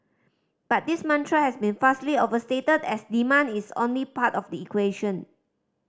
but this mantra has been vastly overstated as demand is only part of the equation